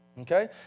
Okay